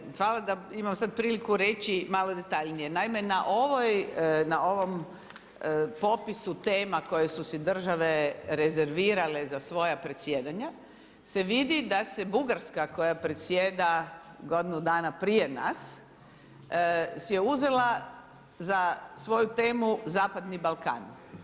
Dakle, hvala da imam sad priliku reći malo detaljnije, naime na ovom popisu tema koje su si države rezervirale za svoja predsjedanja se vidi da se Bugarska koja predsjeda godinu dana prije nas si je uzela za svoju temu zapadni Balkan.